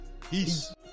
Peace